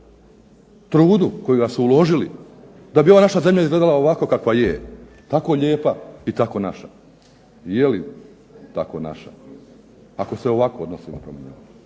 trudu kojega su uložili da bi ova naša zemlja izgledala ovako kakva je, tako lijepa i tako naša. Je li tako naša, ako se ovako odnosimo prema njoj,